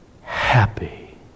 happy